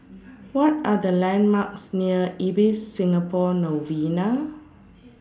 What Are The landmarks near Ibis Singapore Novena